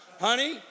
honey